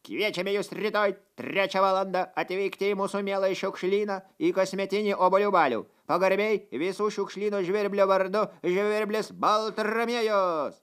kviečiame jus rytoj trečią valandą atvykti į mūsų mieląjį šiukšlyną į kasmetinį obuolių balių pagarbiai visų šiukšlyno žvirblių vardu žvirblis baltramiejus